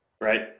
right